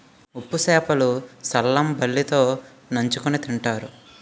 ఉప్పు సేప లు సల్లంబలి తో నంచుకుని తింతారు